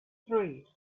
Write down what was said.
three